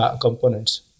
components